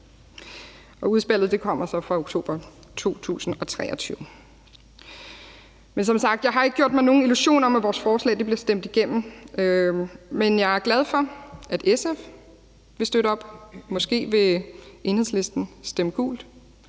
Udspillet er fra oktober 2023. Men som sagt har jeg ikke gjort mig nogen illusioner om, at vores forslag bliver stemt igennem, men jeg er glad for, at SF vil støtte op. Måske vil Enhedslisten stemme gult.